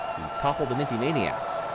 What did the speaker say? topple the minty maniacs.